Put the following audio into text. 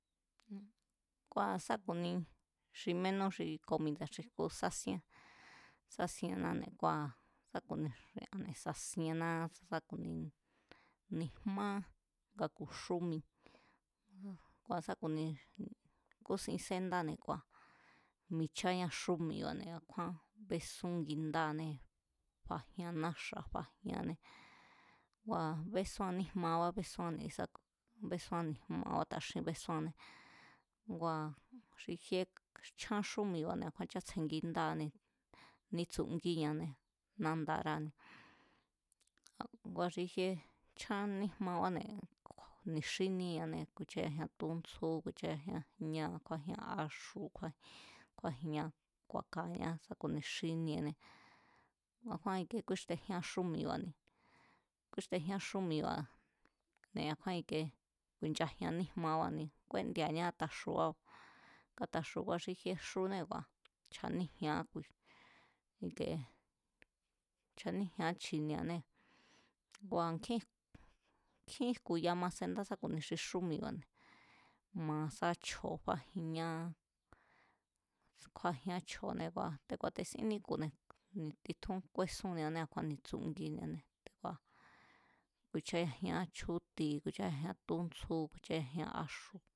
Kua̱ sá ku̱ni xi ménú xi komida̱ xi jku sásíén, sasiennáne̱ kua̱, kua̱ sa ku̱ni xi anne̱ sasienná sa ku̱ni ni̱jmá nga ku̱ xúmi kua̱ sa ku̱ni kúsin séndáne̱ kua̱ micháñá xúmiba̱ne̱ a̱kjúán bésún ngindaanee̱ fajian náxa̱ fajiánné kua̱ bésúan níjmaba bésúán ne̱ésa̱kui, besúán ni̱jmabá taxín besuanné ngua̱ xi fie chán xúmiba̱ne̱ a̱ kjúán chátsje ngindáanée̱ nítsungíñanée̱ nandaráne̱ ngua̱ xi fie chan níjmaráne̱ ni̱xínieñané ku̱i̱cháyajian túntsjú ku̱i̱cháyajian jñáa̱, kjúájian áxu̱ kjúájinñá, ku̱a̱kañá sá ku̱ni xínienée̱, a̱kjúán ikie kúíxtejíán xúmiba̱ne̱, kúíxtejíán xúmiba̱ne̱ a̱ kjúán ikie ku̱i̱nchajian níjmabái̱ni kúendiane átaxuá, káxuá, kua xi fie xunée̱ chja̱níji̱e̱án ikee, chja̱níji̱e̱an chi̱ni̱e̱á ngua̱ kjín jku̱, nkjín jku̱ya ma senda sá ku̱ni xi xúmiba̱ne̱ ma sá chjo̱o fájinñá, kjúájián chjo̱ne kua te̱ ku̱a̱te̱sín níku̱ne̱, titjún kúésúnnia ne a̱kjúán ni̱tsungíñané kua̱ ku̱i̱cháyajian chjúti̱, ku̱i̱cháyajian túntsjú, ku̱i̱cháyajian áxu̱